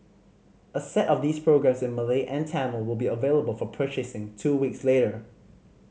a set of these programmes in Malay and Tamil will be available for purchasing two weeks later